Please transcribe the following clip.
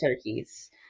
turkeys